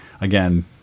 again